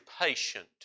patient